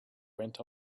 went